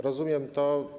Rozumiem to.